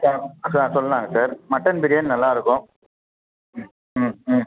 sir sir சொல்லலாங்க sir mutton biryani நல்லாருக்கும் ம் ம் ம்